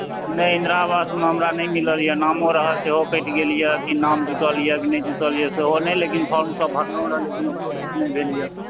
नहि इन्दिरा आवासमे हमरा नहि मिलल यऽ नामो रहऽ सेहो कटि गेल यऽ कि नाम जुटल यऽ कि नहि जुटल यऽ सेहो नहि लेकिन फॉर्म सब भरलहुँ रहऽ लेकिन ओकरो किछु नहि भेल यऽ